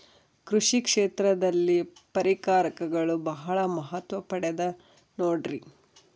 ಕೃಷಿ ಕ್ಷೇತ್ರದಲ್ಲಿ ಪರಿಕರಗಳು ಬಹಳ ಮಹತ್ವ ಪಡೆದ ನೋಡ್ರಿ?